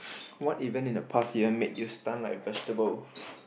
what even in the past year made you stun like vegetable